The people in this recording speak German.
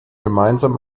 gemeinsam